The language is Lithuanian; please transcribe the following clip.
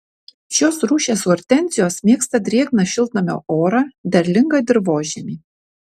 šios rūšies hortenzijos mėgsta drėgną šiltnamio orą derlingą dirvožemį